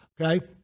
okay